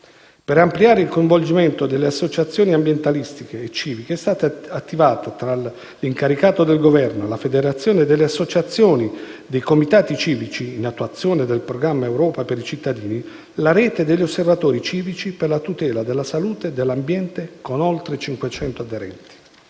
Per ampliare il coinvolgimento delle associazioni ambientaliste e civiche è stata attivata, tra l'incaricato del Governo e la Federazione delle associazioni e dei comitati civici, in attuazione del programma «Europa per i cittadini», la rete degli osservatori civici per la tutela della salute e dell'ambiente, con oltre 500 aderenti.